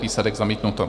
Výsledek: zamítnuto.